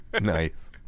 Nice